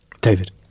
david